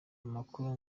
amakuru